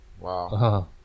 Wow